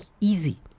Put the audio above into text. easy